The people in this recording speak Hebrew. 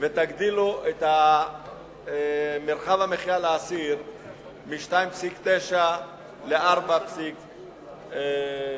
ותגדילו את מרחב המחיה לאסיר מ-2.9 מ"ר ל-4.5.